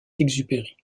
exupéry